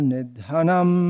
Nidhanam